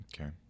Okay